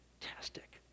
fantastic